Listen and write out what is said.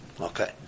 Okay